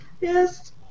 Yes